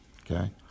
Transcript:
Okay